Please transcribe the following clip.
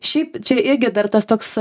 šiaip čia irgi dar tas toks